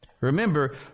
Remember